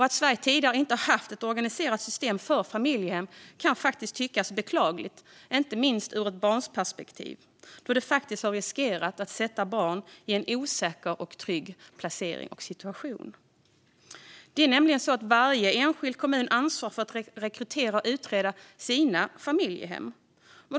Att Sverige tidigare inte har haft ett organiserat system för familjehem kan tyckas beklagligt, inte minst ur ett barnperspektiv, då det faktiskt har riskerat att sätta barn i en osäker och otrygg situation. Varje enskild kommun ansvarar för att rekrytera och utreda sina egna familjehem.